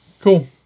Cool